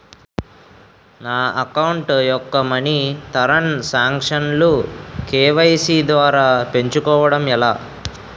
నా అకౌంట్ యెక్క money transaction లు కే.వై.సీ ద్వారా పెంచుకోవడం ఎలా?